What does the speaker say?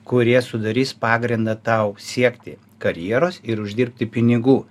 kurie sudarys pagrindą tau siekti karjeros ir uždirbti pinigų